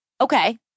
Okay